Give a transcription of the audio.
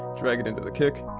drag it into the kick.